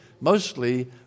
mostly